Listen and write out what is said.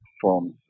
forms